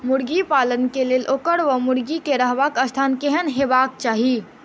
मुर्गी पालन केँ लेल ओकर वा मुर्गी केँ रहबाक स्थान केहन हेबाक चाहि?